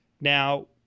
Now